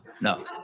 No